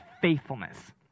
faithfulness